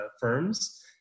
firms